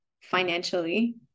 financially